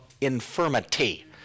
infirmity